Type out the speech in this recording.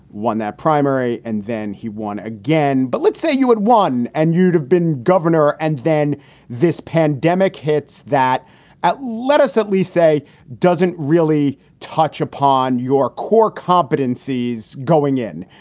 won that primary and then he won again. but let's say you had won and you'd have been governor. and then this pandemic hits that at let us at least say doesn't really touch upon your core competencies going in.